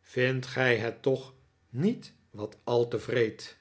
vindt gij het toch niet wat al te wreed